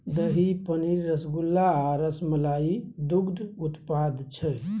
दही, पनीर, रसगुल्ला आ रसमलाई दुग्ध उत्पाद छै